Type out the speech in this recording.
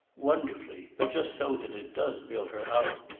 wonderfully but just so that it does build her out.